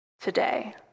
today